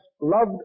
loved